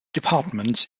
departments